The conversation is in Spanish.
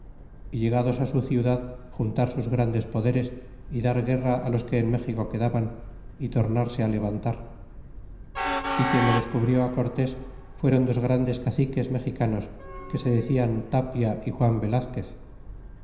y llegados su ciudad juntar sus grandes poderes y dar guerra los que en méxico quedaban y tornarse á levantar y quien lo descubrió cortés fueron dos grandes caciques mexicanos que se decian tapia y juan velazquez